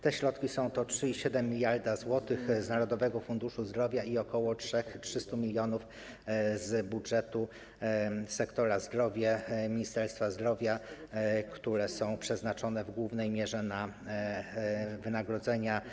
Te środki to 3,7 mld zł z Narodowego Funduszu Zdrowia i ok. 300 mln z budżetu sektora zdrowia, Ministerstwa Zdrowia, które są przeznaczone w głównej mierze na wynagrodzenia.